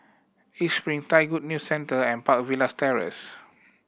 East Spring Thai Good New Centre and Park Villas Terrace